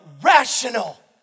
rational